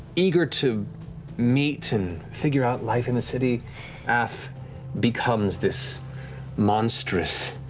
eager to meet and figure out life in the city af becomes this monstrous,